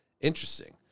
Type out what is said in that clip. Interesting